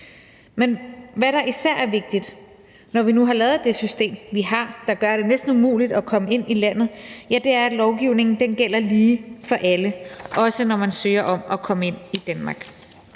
Men det, der især er vigtigt, når vi nu har lavet det system, vi har, der gør, at det næsten er umuligt at komme ind i landet, er, at lovgivningen gælder ligeligt for alle, også når man søger om at komme ind i Danmark.